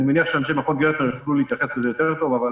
אני מניח שאנשי מכון "גרטנר" יוכלו להתייחס לזה יותר טוב אבל